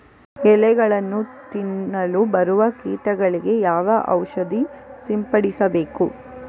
ಎಲೆಗಳನ್ನು ತಿನ್ನಲು ಬರುವ ಕೀಟಗಳಿಗೆ ಯಾವ ಔಷಧ ಸಿಂಪಡಿಸಬೇಕು?